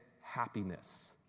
happiness